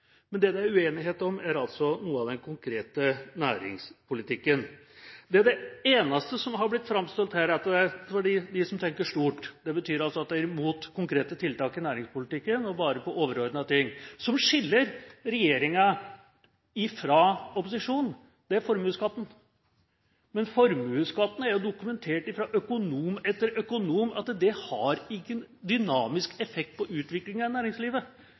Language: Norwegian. Men det det er uenighet om, er noe av den konkrete næringspolitikken. Det eneste som har blitt framholdt her fra dem som tenker stort –altså de som er imot konkrete tiltak i næringspolitikken og bare på overordnede ting – og som skiller regjeringa fra opposisjonen, er formuesskatten. Men når det gjelder formuesskatten, er det dokumentert fra økonom etter økonom at den har ingen dynamisk effekt på utviklinga av næringslivet.